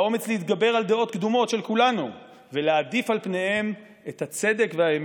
האומץ להתגבר על דעות קדומות של כולנו ולהעדיף על פניהן את הצדק והאמת.